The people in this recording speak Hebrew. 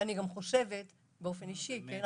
ואני גם חושבת אישית לא